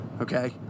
okay